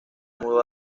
mudó